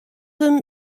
him